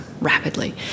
rapidly